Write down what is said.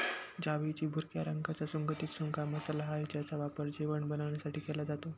जावेत्री भुरक्या रंगाचा सुगंधित सुका मसाला आहे ज्याचा वापर जेवण बनवण्यासाठी केला जातो